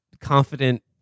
confident